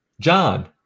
John